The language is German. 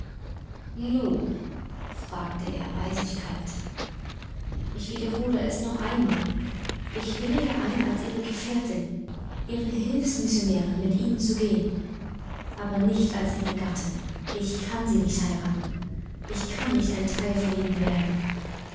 nun fragte er eisigkalt ich wiederhole es noch einmal ich willige ein als ihre gefährtin ihre hilfsmissionärin mit ihnen zu gehen aber nicht als ihre gattin ich kann sie nicht heiraten ich kann nicht ein teil von ihnen werden